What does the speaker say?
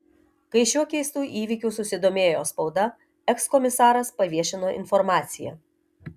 kai šiuo keistu įvykiu susidomėjo spauda ekskomisaras paviešino informaciją